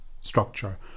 structure